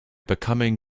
becoming